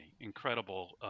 Incredible